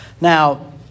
Now